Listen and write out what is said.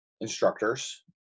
instructors